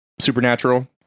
supernatural